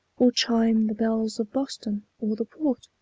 or chime the bells of boston, or the port?